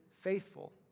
faithful